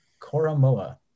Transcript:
koromoa